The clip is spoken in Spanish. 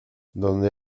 donde